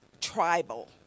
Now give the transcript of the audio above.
tribal